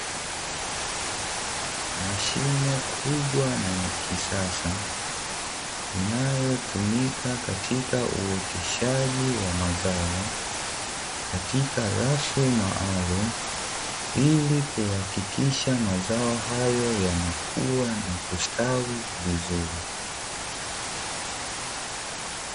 Mashine kubwa na ya kisasa inayotumika katika uoteshaji wa mazao, katika rafu maalumu ili kuhakikisha mazao hayo yanakua na kustawi vizuri.